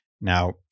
now